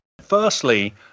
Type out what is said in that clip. firstly